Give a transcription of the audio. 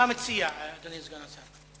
מה מציע אדוני סגן השר?